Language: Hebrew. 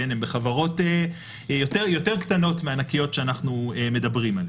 הם בחברות יותר קטנות מהענקיות שאנחנו מדברים עליהן.